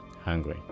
hungry